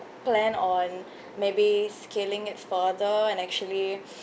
plan on maybe scaling it further and actually